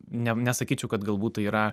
ne nesakyčiau kad galbūt tai yra